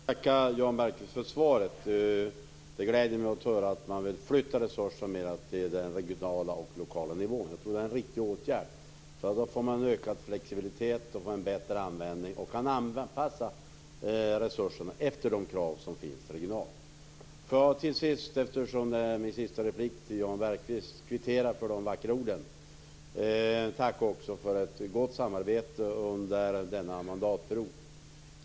Fru talman! Jag ber att få tacka Jan Bergqvist för hans svar. Det gläder mig att höra att man vill flytta resurser mera till den regionala och lokala nivån. Det tror jag är en riktig åtgärd. Då får man ökad flexibilitet och då kan man anpassa resurserna efter de krav som finns regionalt. Eftersom det här är min sista replik till Jan Bergqvist vill jag kvittera för de vackra orden. Tack för ett gott samarbete under denna mandatperiod.